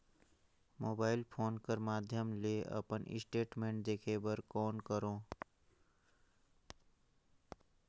Mobile phone कर माध्यम ले अपन स्टेटमेंट देखे बर कौन करों?